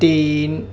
تین